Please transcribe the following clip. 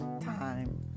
time